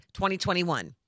2021